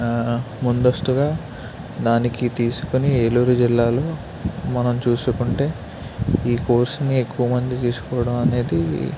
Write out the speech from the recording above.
ముందస్తుగా దానికి తీసుకుని ఏలూరు జిల్లాలో మనం చూసుకుంటే ఈ కోర్స్ని ఎక్కువమంది తీసుకోవడం అనేది